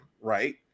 right